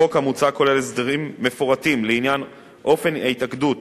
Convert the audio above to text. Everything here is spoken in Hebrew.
החוק המוצע כולל הסדרים מפורטים לעניין אופן התאגדות